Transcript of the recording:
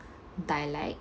dialect